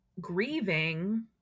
grieving